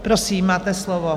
Prosím, máte slovo.